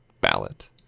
ballot